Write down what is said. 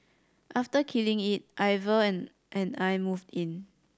after killing it Ivan and I moved in